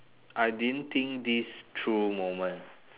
I didn't think this true moment